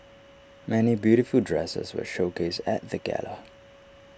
many beautiful dresses were showcased at the gala